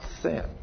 sin